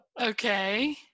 Okay